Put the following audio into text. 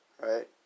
Right